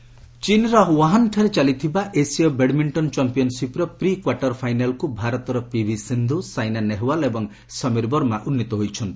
badminton Asia ଚୀନ୍ର ଓହାନ୍ଠାରେ ଚାଲିଥିବା ଏସିଆ ବ୍ୟାଡ୍ମିଣ୍ଟନ ଚାମ୍ପିୟନ୍ସିପ୍ର ପ୍ରି କ୍ୱାର୍ଟର୍ ଫାଇନାଲ୍କୁ ଭାରତର ପିଭି ସିନ୍ଧ୍ର ସାଇନା ନେହୱାଲ୍ ଏବଂ ସମୀର ବର୍ମା ଉନ୍ନୀତ ହୋଇଛନ୍ତି